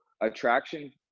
attraction